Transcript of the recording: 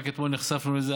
רק אתמול נחשפנו לזה,